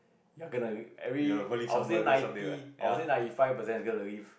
ya kena every I will say ninety or I say ninety five percent is gonna leave